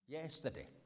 Yesterday